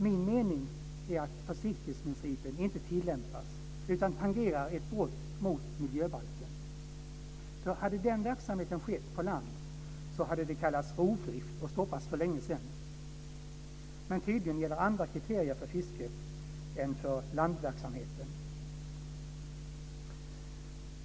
Min mening är att försiktighetsprincipen inte tillämpas utan att det här tangerar att vara ett brott mot miljöbalken. Hade den verksamheten skett på land så hade den nämligen kallats rovdrift, och stoppats för länge sedan. Men tydligen gäller andra kriterier för fisket än för landverksamheten.